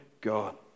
God